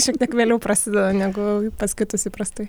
šiek tiek vėliau prasideda negu pas kitus įprastai